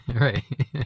right